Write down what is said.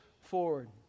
forward